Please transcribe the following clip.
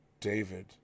David